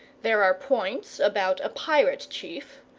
there are points about a pirate chief,